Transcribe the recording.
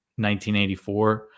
1984